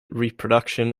reproduction